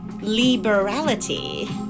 liberality